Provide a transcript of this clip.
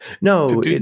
no